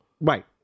right